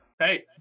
Hey